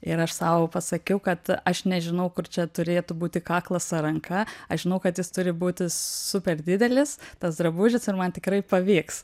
ir aš sau pasakiau kad aš nežinau kur čia turėtų būti kaklas ar ranka aš žinau kad jis turi būti super didelis tas drabužis ir man tikrai pavyks